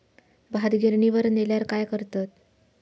भात गिर्निवर नेल्यार काय करतत?